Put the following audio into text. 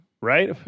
right